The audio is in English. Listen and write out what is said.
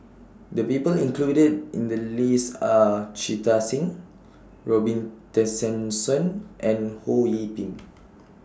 The People included in The list Are Jita Singh Robin Tessensohn and Ho Yee Ping